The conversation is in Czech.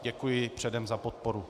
Děkuji předem za podporu.